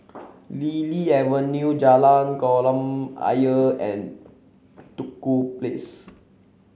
Lily Avenue Jalan Kolam Ayer and Duku Place